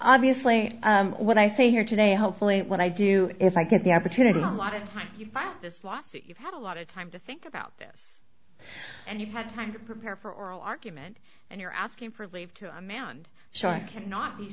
obviously what i say here today hopefully when i do if i get the opportunity to a lot of time you file this lawsuit you've had a lot of time to think about this and you've had time to prepare for oral argument and you're asking for leave to a man so i cannot be